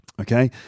Okay